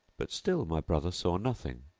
but still my brother saw nothing.